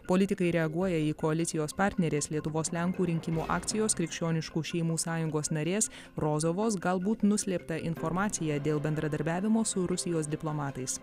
politikai reaguoja į koalicijos partnerės lietuvos lenkų rinkimų akcijos krikščioniškų šeimų sąjungos narės rozovos galbūt nuslėptą informaciją dėl bendradarbiavimo su rusijos diplomatais